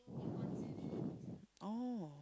oh